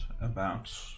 about-